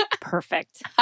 perfect